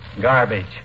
Garbage